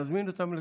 נזמין אותם לכאן.